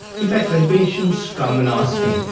in fact when patients come and ask me,